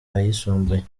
ayisumbuye